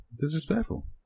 Disrespectful